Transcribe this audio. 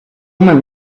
men